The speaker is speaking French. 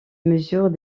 mesure